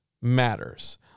matters